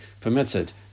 permitted